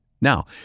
Now